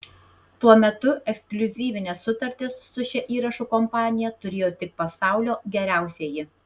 tuo metu ekskliuzyvines sutartis su šia įrašų kompanija turėjo tik pasaulio geriausieji